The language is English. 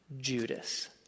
Judas